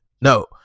No